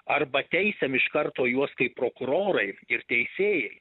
arba teisiam iš karto juos kaip prokurorai ir teisėjai